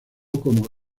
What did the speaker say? como